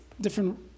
Different